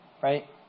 right